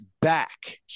back